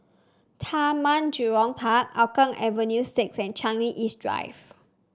Taman Jurong Park Hougang Avenue six and Changi East Drive